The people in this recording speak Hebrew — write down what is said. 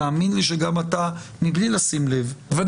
תאמין לי שגם אתה מבלי לשים לב חוזר על עצמך כל הזמן.